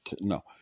No